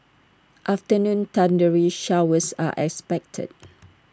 afternoon thundery showers are expected